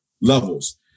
Levels